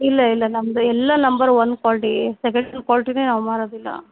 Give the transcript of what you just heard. ಇಲ್ಲ ಇಲ್ಲ ನಮ್ದು ಎಲ್ಲ ನಂಬರ್ ಒನ್ ಕ್ವಾಲ್ಟಿ ಸೆಕೆಂಡ್ ಕ್ವಾಲ್ಟಿನೆ ನಾವು ಮಾರೋದಿಲ್ಲ